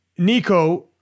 Nico